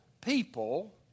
people